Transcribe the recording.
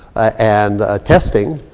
and ah testing,